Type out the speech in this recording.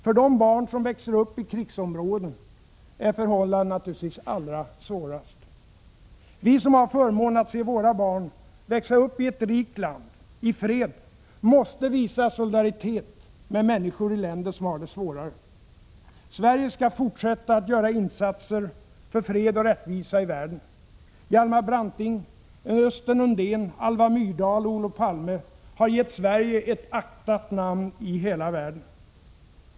För de barn som växer upp i krigsområden är förhållandena naturligtvis allra svårast. Vi som har förmånen att se våra barn växa upp i ett rikt land i fred måste visa vår solidaritet med människor i länder som har det svårare. Sverige skall fortsätta att göra aktiva insatser för fred och rättvisa i världen. Hjalmar Branting, Östen Undén, Alva Myrdal och Olof Palme har gett Sverige ett aktat namn i hela världen.